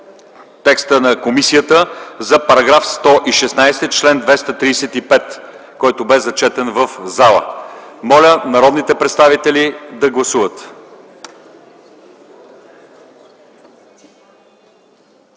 текста на комисията за § 116 – чл. 235, който бе зачетен в залата. Моля народните представители да гласуват.